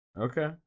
Okay